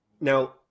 Now